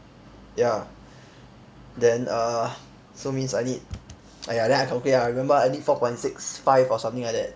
ya then uh so means I need !aiya! then I calculate ah I remembered I need four point six five or something like that